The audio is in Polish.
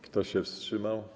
Kto się wstrzymał?